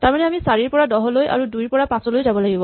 তাৰমানে আমি ৪ ৰ পৰা ১০ লৈ আৰু ২ ৰ পৰা ৫ লৈ যাব লাগিব